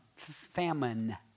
famine